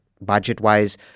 budget-wise